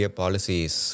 policies